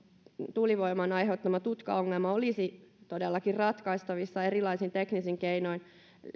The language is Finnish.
tuulivoiman aiheuttama tutkaongelma olisi todellakin ratkaistavissa erilaisin teknisin keinoin